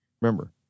Remember